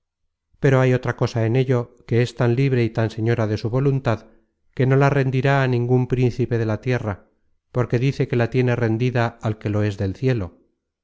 pero hay otra cosa en ello que es tan libre y tan señora de su voluntad que no la rendirá á ningun príncipe de la tierra porque dice que la tiene rendida al que lo es del cielo